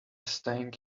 staying